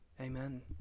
Amen